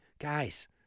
Guys